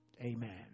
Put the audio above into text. Amen